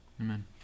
Amen